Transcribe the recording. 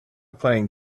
playing